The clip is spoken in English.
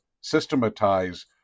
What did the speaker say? systematize